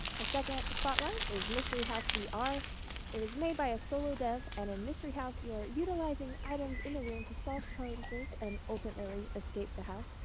our second spotlight is mystery house vr. it was made by a solo dev, and in mystery house you are utilizing items in the room to solve puzzles and ultimately escape the house.